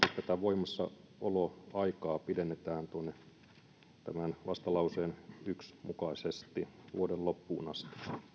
tätä voimassaoloaikaa pidennetään vastalauseen yksi mukaisesti tuonne vuoden loppuun